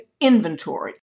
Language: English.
inventory